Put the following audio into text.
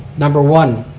number one,